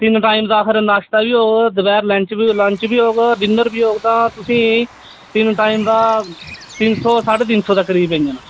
तिन टाईम दा अगर नाश्ता बी होग दपैहरीं लंच बी होग डिनर बी होग तां तिन टाईम दा तिन सौ साढ़े तिन सौ दे करीब पेई जाना